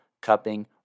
cupping